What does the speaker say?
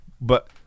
But-